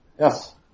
Yes